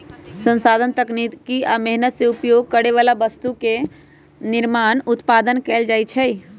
संसाधन तकनीकी आ मेहनत से उपभोग करे बला वस्तु के निर्माण उत्पादन कएल जाइ छइ